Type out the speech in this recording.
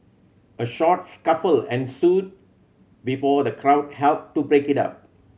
a short scuffle ensued before the crowd helped to break it up